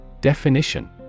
Definition